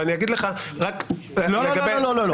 אבל אגיד לך רק לגבי --- לא, לא, לא.